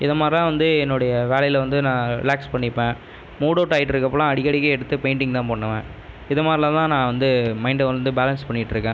இதை மாதிரிலாம் வந்து என்னுடைய வேலையில் வந்து நான் ரிலாக்ஸ் பண்ணிப்பேன் மூட்அவுட் ஆயிட்ருக்கப்பலாம் அடிக்கடிக்க எடுத்து பெயிண்ட்டிங் தான் பண்ணுவேன் இதை மாதிரிலாம் தான் நான் வந்து மைண்டை வந்து பேலன்ஸ் பண்ணிட்டிருக்கேன்